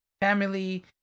family